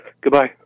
Goodbye